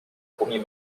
premier